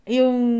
yung